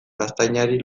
gaztainari